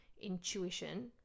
intuition